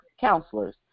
counselors